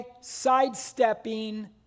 sidestepping